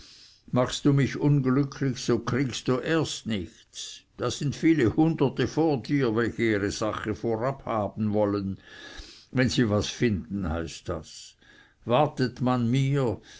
machst du mich unglücklich kriegst du erst nichts da sind viele hunderte vor dir welche ihre sache vorab wollen wenn sie was finden heißt das wartet man mir